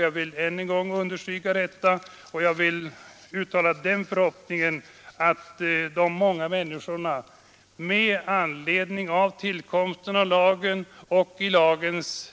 Jag vill än en gång understryka detta, och jag vill uttala den förhoppningen med anledning av tillkomsten av lagen att de många människorna genom lagen och dess